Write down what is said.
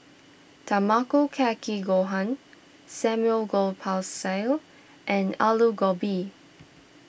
Tamago Kake Gohan Samgyeopsal and Alu Gobi